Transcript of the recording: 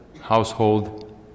household